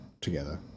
together